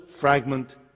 fragment